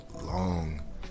long